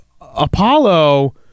Apollo